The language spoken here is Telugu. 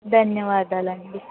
ధన్యవాదాలండి